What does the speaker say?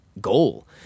goal